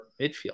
midfield